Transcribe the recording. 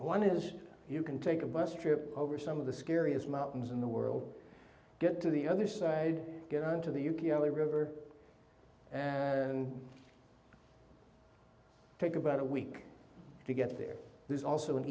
one is you can take a bus trip over some of the scariest mountains in the world get to the other side get on to the u p a river and take about a week to get there there's also an